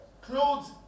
clothes